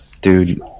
dude